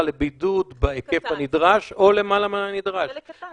לבידוד בהיקף הנדרש או למעלה מהנדרש על אותו אחד?